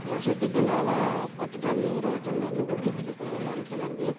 வர்ஷத்துக்கு நான்லாம் பத்து டன்னு இருபது டன்னு நெல்லு கொடுத்துட்ருக்கேன் என் நிலத்துலேந்து